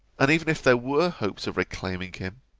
and even if there were hopes of reclaiming him.